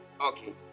Okay